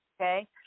okay